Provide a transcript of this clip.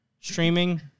streaming